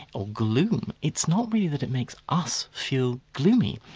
or gloom, it's not really that it makes us feel gloomy,